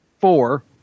Four